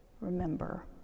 remember